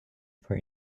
for